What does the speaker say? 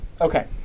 Okay